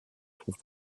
trouve